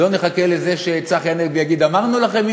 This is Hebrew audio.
לא נחכה לזה שצחי הנגבי יגיד: אמרנו לכם.